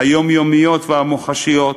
היומיומיות והמוחשיות.